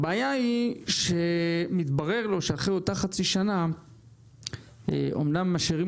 הבעיה היא שמתברר לו שאחרי אותה חצי שנה אמנם משאירים